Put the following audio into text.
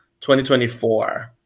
2024